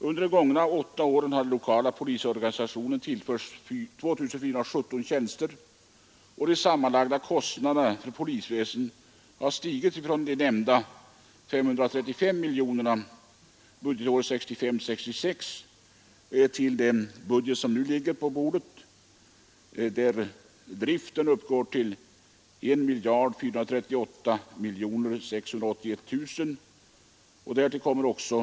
Under de gångna åtta åren har den lokala polisorganisationen tillförts 2 417 tjänster, och de sammanlagda kostnaderna för polisväsendet har stigit från 535 miljoner kronor budgetåret 1965/66 till 1 438 681 000 kronor för kommande budgetår.